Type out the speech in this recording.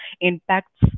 impacts